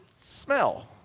smell